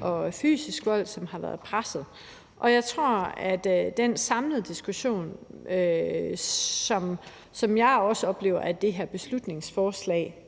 og fysisk vold, og som har været pressede. Og jeg tror, at den samlede diskussion, som jeg også oplever at det her beslutningsforslag